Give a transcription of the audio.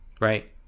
right